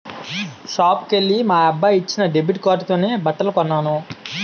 షాపుకెల్లి మా అబ్బాయి ఇచ్చిన డెబిట్ కార్డుతోనే బట్టలు కొన్నాను